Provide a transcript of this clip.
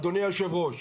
אדוני יושב הראש.